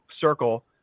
circle